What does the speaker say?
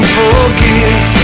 forgive